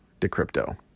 Decrypto